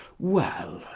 well,